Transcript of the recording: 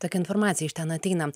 tokia informacija iš ten ateina